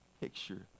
picture